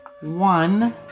One